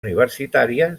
universitària